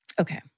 Okay